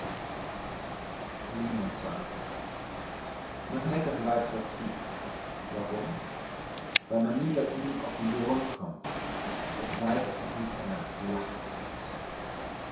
man hält das weib für tief warum weil man nie bei ihm auf den grund kommt das weib ist noch nicht einmal flach